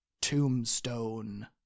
Tombstone